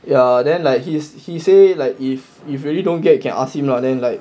ya then like he's he say like if if you really don't get you can ask him lah then like